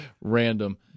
random